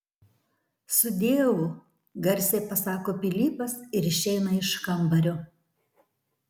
sudieu garsiai pasako pilypas ir išeina iš kambario